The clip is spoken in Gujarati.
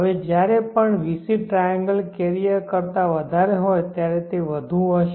હવે જ્યારે પણ vc ટ્રાયેન્ગલ કેરિયર કરતા વધારે હોય ત્યારે તે વધુ હશે